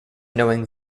knowing